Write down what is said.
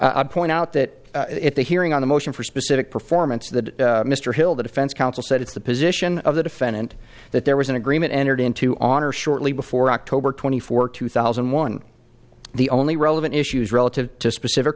i point out that if the hearing on a motion for specific performance that mr hill the defense counsel said it's the position of the defendant that there was an agreement entered into on or shortly before october twenty fourth two thousand and one the only relevant issues relative to specific